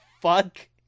fuck